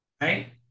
right